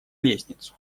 лестницу